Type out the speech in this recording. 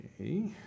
Okay